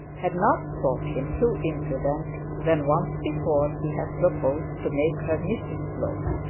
had not thought him too impudent when once before he had proposed to make her mrs slope.